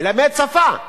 מלמד שפה,